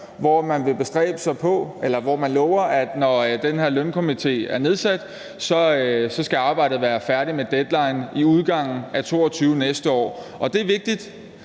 hvor man lover, at når den her lønstrukturkomité er nedsat, skal arbejdet være færdigt med deadline i udgangen af 2022, næste år; og det er vigtigt.